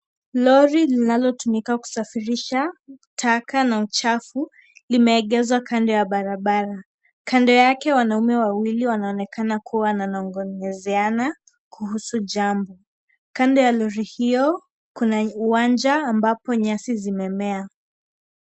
Lori linalotumika kusafirisha taka na uchafu, limeegeshwa kando ya barabara. Kando yake wanaume wawili wanaonekana kuwa wananongonezeana kuhusu jambo. Kando la lori hiyo, kuna uwanja ambapo nyasi zimemea.